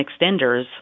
extenders